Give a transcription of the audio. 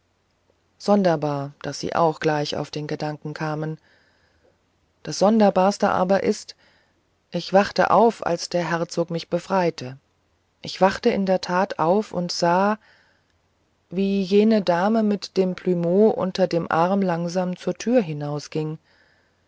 sonderbar daß sie auch gleich auf den gedanken kamen das sonderbarste aber ist ich wachte auf als der herzog mich befreite ich wachte in der tat auf und sah wie jene dame mit dem plumeau unter dem arm langsam zur türe hinausging